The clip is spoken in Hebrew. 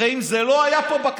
הרי אם זה לא היה פה,